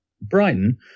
Brighton